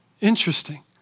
Interesting